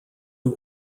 who